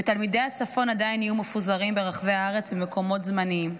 ותלמידי הצפון עדיין יהיו מפוזרים ברחבי הארץ במקומות זמניים,